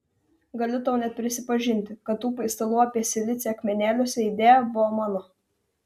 galiu tau net prisipažinti kad tų paistalų apie silicį akmenėliuose idėja buvo mano